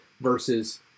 versus